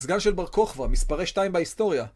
הסגן של בר-כוכבא, מספרי שתיים בהיסטוריה.